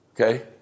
Okay